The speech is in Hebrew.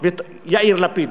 יאיר לפיד,